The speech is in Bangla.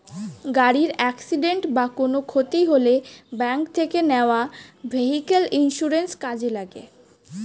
গাড়ির অ্যাকসিডেন্ট বা কোনো ক্ষতি হলে ব্যাংক থেকে নেওয়া ভেহিক্যাল ইন্সুরেন্স কাজে লাগে